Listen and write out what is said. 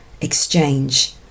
exchange